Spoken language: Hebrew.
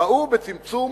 ראו בצמצום